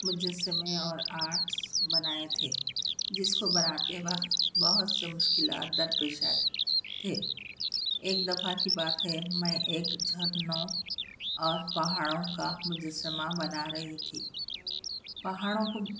مجسمے اور آرٹس بنائے تھے جس کو بناتے وقت بہت سے مشکلات درپیش آئے تھے ایک دفعہ کی بات ہے میں ایک جھرنوں اور پہاڑوں کا مجسمہ بنا رہی تھی پہاڑوں کو